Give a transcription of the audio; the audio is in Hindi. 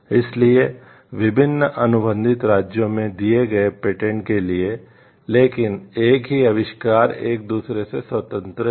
इसलिए विभिन्न अनुबंधित राज्यों में दिए गए पेटेंट के लिए लेकिन एक ही आविष्कार एक दूसरे से स्वतंत्र है